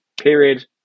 Period